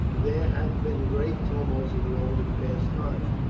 there have been great tumults in rome in past times,